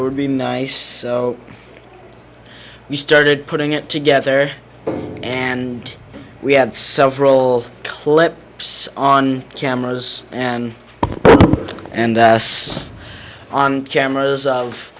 it would be nice so we started putting it together and we had several clip on cameras and and us on cameras of